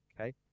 Okay